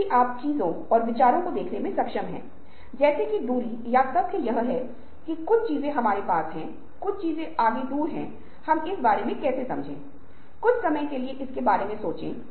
क्या आप ऐसी कार बना सकते हैं जो हमें पृथ्वी से दूसरे ग्रह पर ले जा सके